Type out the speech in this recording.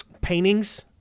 paintings